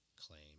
claim